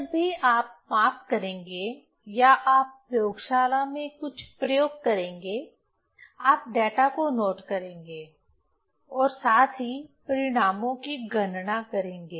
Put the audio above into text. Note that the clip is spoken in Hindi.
जब भी आप माप करेंगे या आप प्रयोगशाला में कुछ प्रयोग करेंगे आप डेटा को नोट करेंगे और साथ ही परिणामों की गणना करेंगे